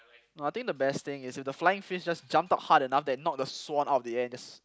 no I think the best thing is if the flying fish just jumped out hard enough that knocked the swan out of the air and just